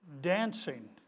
dancing